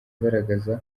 agaragaza